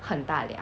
很大辆